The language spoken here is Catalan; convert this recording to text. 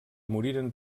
moriren